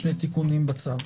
שני תיקונים בצו.